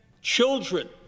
children